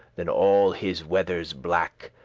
than all his wethers black,